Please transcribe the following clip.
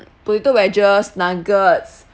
potato wedges nuggets